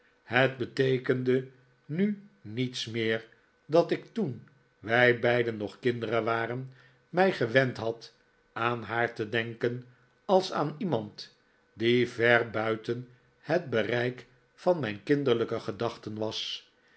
het beteekende nu niets meer dat ik toen wij beiden nog kinderen waren mij gewend had aan haar te denken als aan iemand die ver buiten het bereik van mijn kinderlijke gedachten was